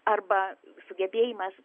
arba sugebėjimas